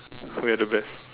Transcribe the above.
we are the best